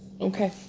Okay